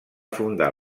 fundar